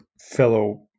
fellow